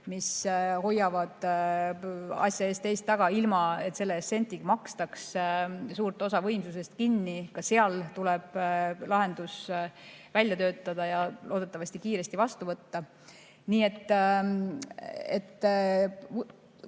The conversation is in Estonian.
mis hoiavad asja ees, teist taga ilma, et selle eest sentigi makstakse, suurt osa võimsusest kinni. Ka seal tuleb lahendus välja töötada ja loodetavasti kiiresti vastu võtta. Nii et